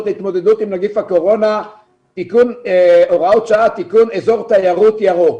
להתמודדות עם נגיף הקורונה (הוראות שעה) (תיקון אזור תיירות ירוק),